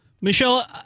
Michelle